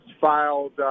filed –